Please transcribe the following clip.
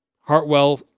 Hartwell